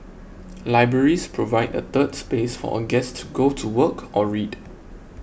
libraries provide a 'third space' for a guest to go to work or read